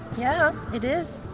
yeah, it is.